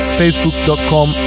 facebook.com